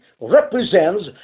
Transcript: represents